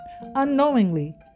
unknowingly